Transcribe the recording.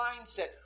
mindset